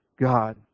God